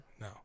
No